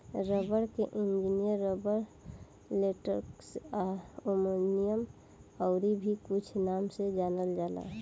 rubber के Indian rubber, latex आ Amazonian आउर भी कुछ नाम से जानल जाला